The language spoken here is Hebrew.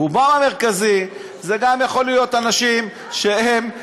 רובם המרכזי זה גם יכול להיות אנשים שהם,